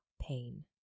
pain